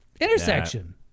Intersection